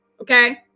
okay